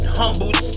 humbled